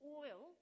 oil